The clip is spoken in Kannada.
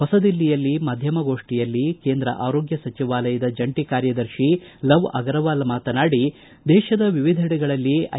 ಹೊಸದಿಲ್ಲಿಯಲ್ಲಿ ಮಾಧ್ಯಮಗೋಷ್ಠಿಯಲ್ಲಿ ಕೇಂದ್ರ ಆರೋಗ್ಯ ಸಚಿವಾಲಯದ ಜಂಟ ಕಾರ್ಯದರ್ತಿ ಲವ್ ಅಗರವಾಲ್ ಮಾತನಾಡಿ ದೇಶದ ವಿವಿಧೆಡೆಗಳಲ್ಲಿ ಐ